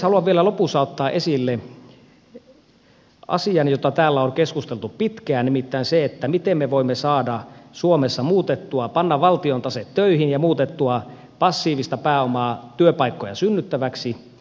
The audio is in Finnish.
haluan vielä lopussa ottaa esille asian josta täällä on keskusteltu pitkään nimittäin sen miten me voimme saada suomessa pantua valtion taseen töihin ja muutettua passiivista pääomaa työpaikkoja synnyttäväksi